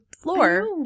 floor